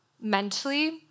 mentally